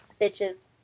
Bitches